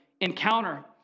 encounter